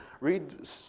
Read